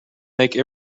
make